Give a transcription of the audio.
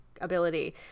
ability